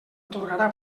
atorgarà